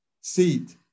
seat